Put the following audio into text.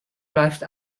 läuft